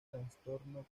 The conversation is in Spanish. trastorno